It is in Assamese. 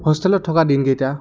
হোষ্টেলত থকা দিনকেইটা